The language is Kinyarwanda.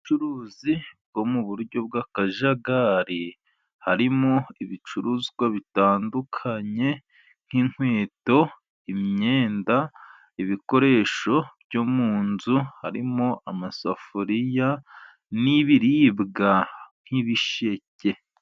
Ubu bucuruzi bwo mu buryo bw'akajagari, harimo ibicuruzwa bitandukanye nk'inkweto, imyenda, ibikoresho byo mu nzu harimo amasafuriya, n'ibiribwa nk'ibisheke.